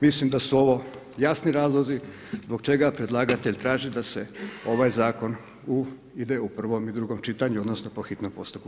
Mislim da su ovo jasni razlozi zbog čega predlagatelj traži da se ovaj zakon ide u prvo i drugom čitanju, odnosno, po hitnom postupku.